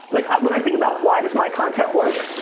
like ah when i think about why does my content work,